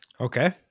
Okay